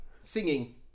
singing